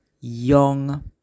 young